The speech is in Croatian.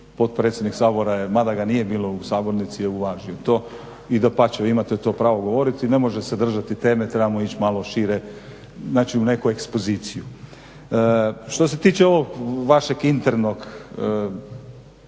potpredsjednik Sabora je, mada ga nije bilo u sabornici uvaži to i dapače vi imate to pravo govoriti. Ne može se držati teme, trebamo ići malo šire, znači u neku ekspoziciju. Što se tiče ovog vašeg internog,